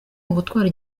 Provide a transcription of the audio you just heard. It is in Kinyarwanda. ugutwara